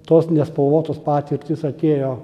tos nespalvotos patirtys atėjo